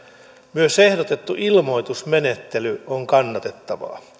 myös ehdotettu ilmoitusmenettely on kannatettava